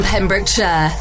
Pembrokeshire